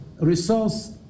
resource